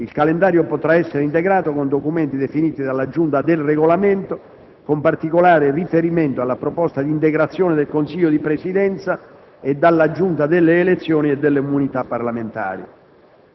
Il calendario potrà essere integrato con documenti definiti dalla Giunta per il Regolamento, con particolare riferimento alla proposta di integrazione del Consiglio di Presidenza, e dalla Giunta delle elezioni e delle immunità parlamentari.